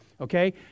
okay